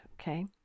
okay